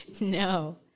No